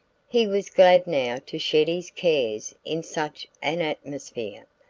he was glad now to shed his cares in such an atmosphere.